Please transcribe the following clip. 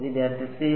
വിദ്യാർത്ഥി 0